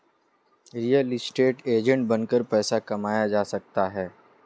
real estate agent बनकर पैसा कमाया जा सकता है